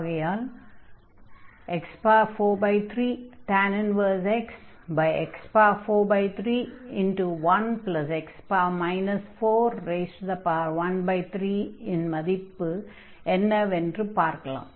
ஆகையால் x43x x431x 413 இன் மதிப்பு என்னவென்று பார்க்கலாம்